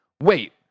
wait